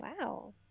Wow